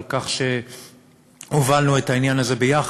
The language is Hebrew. על כך שהובלנו את העניין הזה ביחד,